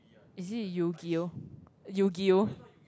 is it yu-gi-oh